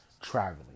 traveling